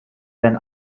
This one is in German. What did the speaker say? wenn